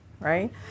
Right